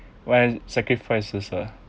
what I sacrifices ah